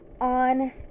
On